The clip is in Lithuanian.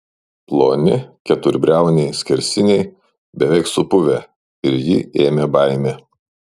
ploni keturbriauniai skersiniai beveik supuvę ir jį ėmė baimė